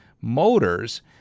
motors